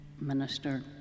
minister